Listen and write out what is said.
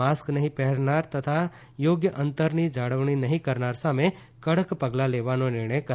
mask નફી પહેરનાર તથા યોગ્ય અંતરની જાળવણી નહી કરનાર સામે કડક પગલાં લેવાનો નિર્ણય લેવાયો છે